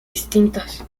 distintas